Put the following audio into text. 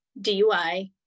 DUI